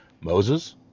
Moses